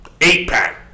eight-pack